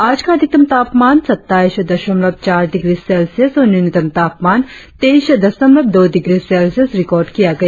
आज का अधिकतम तापमान सत्ताईस दशमलव चार डिग्री सेल्सियस और न्यूनतम तापमान तेईस दशमलव दो डिग्री सेल्सियस रिकार्ड किया गया